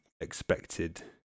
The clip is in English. expected